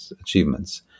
achievements